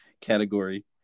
category